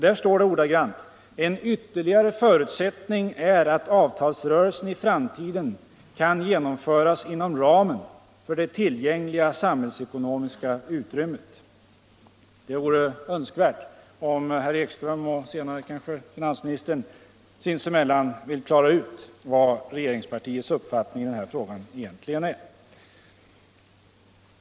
Där står det ordagrant: ”En ytterligare förutsättning är att avtalsrörelsen i framtiden kan genomföras inom ramen för det tillgängliga samhällsekonomiska utrymmet.” Det vore önskvärt att herr Ekström och finansministern senare sinsemellan ville klara ut vad regeringspartiets uppfattning i dessa frågor egentligen är.